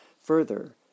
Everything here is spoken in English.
Further